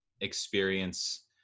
experience